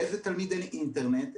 לאיזה תלמיד אין אינטרנט,